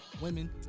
women